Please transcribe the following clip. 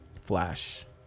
flash